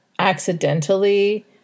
Accidentally